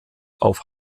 auf